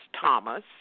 Thomas